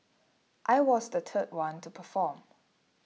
I was the third one to perform